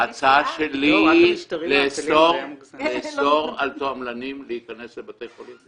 ההצעה שלי לאסור על תועמלנים להיכנס לבתי חולים,